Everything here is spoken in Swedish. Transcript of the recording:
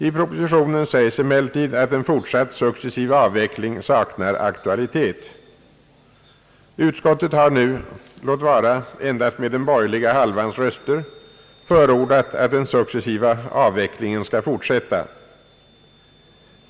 I propositionen sägs emellertid, att en fortsatt successiv avveckling saknar aktualitet. Utskottet har nu, låt vara endast med den borgerliga halvans röster, förordat att den successiva avvecklingen skall fortsätta.